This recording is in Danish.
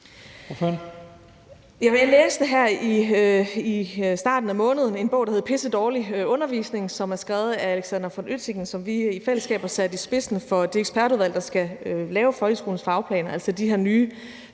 Jeg læste her i starten af måneden en bog, der hed »Pissedårlig undervisning«, som er skrevet af Alexander von Oettingen, som vi i fællesskab har sat i spidsen for det ekspertudvalg, der skal lave folkeskolens fagplaner, altså de her nye,